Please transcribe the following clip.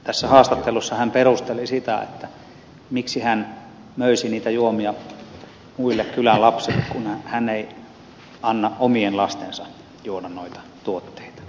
tässä haastattelussa hän perusteli sitä niin että miksi hän möisi niitä juomia muille kylän lapsille kun hän ei anna omien lastensa juoda noita tuotteita